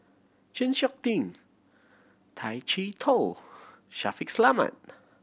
Chng Seok Tin Tay Chee Toh Shaffiq Selamat